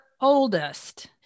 oldest